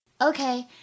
Okay